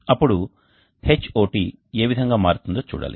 అప్పుడు Hot ఏ విధంగా మారుతుందో చూడాలి